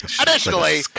Additionally